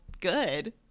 good